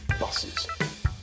Buses